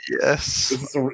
Yes